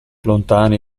lontani